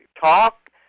talk